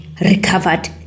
recovered